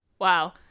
Wow